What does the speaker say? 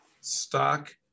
stock